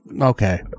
Okay